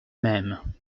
même